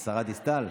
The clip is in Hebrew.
הצבעה.